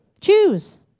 choose